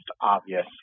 obvious